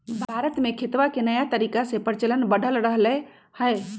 भारत में खेतवा के नया तरीका के प्रचलन बढ़ रहले है